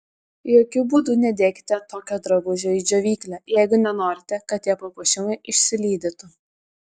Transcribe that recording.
jokiu būdu nedėkite tokio drabužio į džiovyklę jeigu nenorite kad tie papuošimai išsilydytų